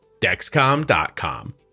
Dexcom.com